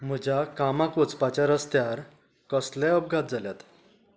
म्हज्या कामाक वचपाच्या रस्त्यार कसलेय अपघात जाल्यात